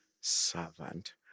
servant